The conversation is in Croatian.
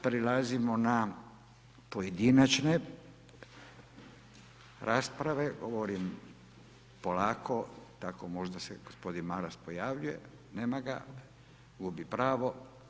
Prelazimo na pojedinačne rasprave, govorim polako, tako da možda se gospodin Mars pojavljuje, nema ga, gubi pravo.